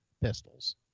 pistols